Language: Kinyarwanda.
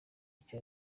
cye